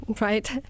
Right